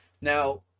Now